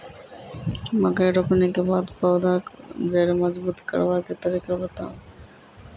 मकय रोपनी के बाद पौधाक जैर मजबूत करबा के तरीका बताऊ?